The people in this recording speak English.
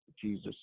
jesus